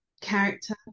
character